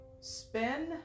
Spin